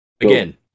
Again